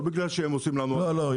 לא בגלל שהם עושים לנו --- לא,